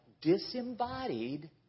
disembodied